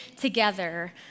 together